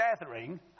gathering